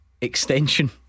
extension